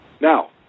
Now